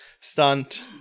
stunt